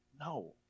no